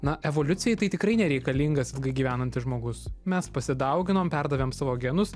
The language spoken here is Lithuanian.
na evoliucijai tai tikrai nereikalingas ilgai gyvenantis žmogus mes pasidauginom perdavėm savo genus